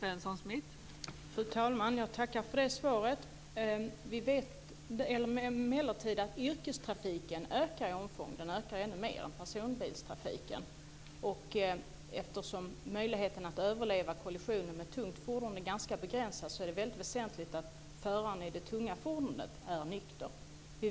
Fru talman! Jag tackar för det svaret. Vi vet att yrkestrafiken ökar i omfång. Den ökar ännu mer än personbilstrafiken. Eftersom möjligheterna att överleva en kollision med ett tungt fordon är ganska begränsade är det väsentligt att föraren av det tunga fordonet är nykter.